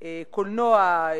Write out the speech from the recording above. קולנוע,